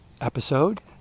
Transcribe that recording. episode